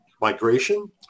migration